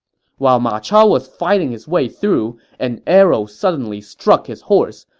while ma chao was fighting his way through, an arrow suddenly struck his horse.